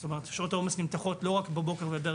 כלומר שעות העומס נמתחות לא רק בבוקר ובערב